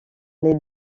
les